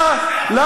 השאלה היא,